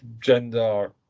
gender